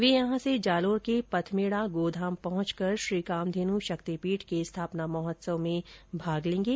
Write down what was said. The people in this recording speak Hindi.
वे यहां से जालोर के पथमेड़ा गोधाम पहुंचकर श्री कामधेन् शक्तिपीठ के स्थापना महोत्सव में भाग लेंगे